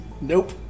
Nope